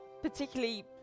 particularly